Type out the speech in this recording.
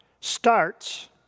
starts